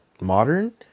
modern